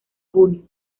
junio